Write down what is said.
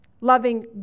loving